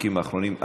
החוקים האחרונים.